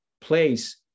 place